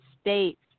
States